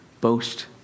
boast